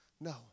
No